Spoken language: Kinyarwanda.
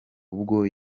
ubwo